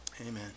Amen